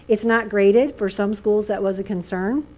it's not graded. for some schools that was a concern.